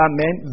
Amen